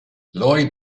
lloyd